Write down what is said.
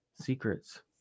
Secrets